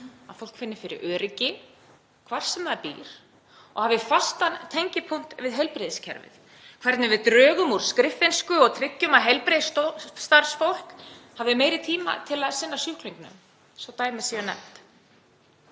að fólk finni fyrir öryggi hvar sem það býr og hafi fastan tengipunkt við heilbrigðiskerfið, hvernig við drögum úr skriffinnsku og tryggjum að heilbrigðisstarfsfólk hafi meiri tíma með sjúklingnum, svo dæmi séu nefnd.